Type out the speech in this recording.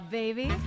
baby